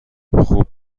خوب